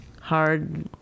hard